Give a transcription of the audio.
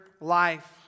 life